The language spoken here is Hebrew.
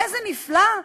איזה נפלא,